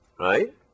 right